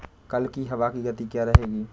कल की हवा की गति क्या रहेगी?